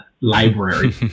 library